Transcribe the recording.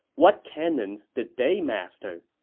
what canons did they master?